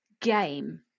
game